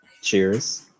Cheers